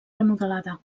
remodelada